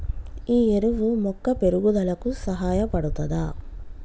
ఈ ఎరువు మొక్క పెరుగుదలకు సహాయపడుతదా?